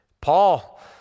Paul